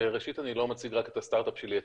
ראשית אני לא מציג רק את הסטארט אפ שלי,